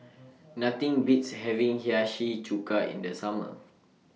Nothing Beats having Hiyashi Chuka in The Summer